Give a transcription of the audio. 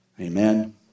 Amen